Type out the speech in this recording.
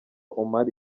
omar